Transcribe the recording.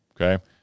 okay